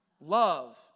love